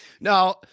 Now